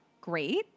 great